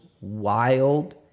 wild